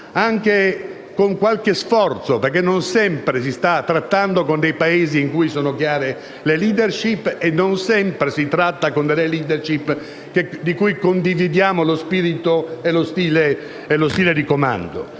anche con un certo sforzo, perché non sempre si sta trattando con Paesi in cui sono chiare le *leadership* e non sempre si tratta con *leadership* di cui condividiamo lo spirito e lo stile di comando.